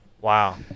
Wow